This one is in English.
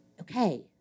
okay